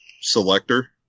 selector